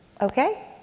okay